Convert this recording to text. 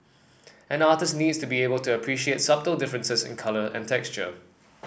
an artist needs to be able to appreciate subtle differences in colour and texture